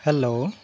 hello